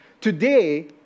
Today